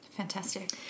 Fantastic